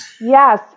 Yes